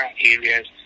areas